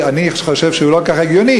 אני חושב שהוא לא כל כך הגיוני,